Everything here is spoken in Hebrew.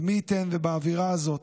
מי ייתן ובאווירה הזאת,